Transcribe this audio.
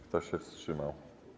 Kto się wstrzymał?